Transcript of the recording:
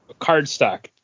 cardstock